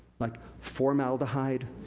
like formaldehyde?